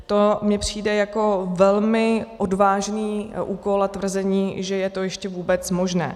To mi přijde jako velmi odvážný úkol a tvrzení, že je to ještě vůbec možné.